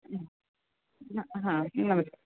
ಹ್ಞೂ ಹಾಂ ಹಾಂ ಹೌದು